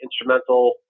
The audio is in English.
instrumental